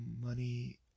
money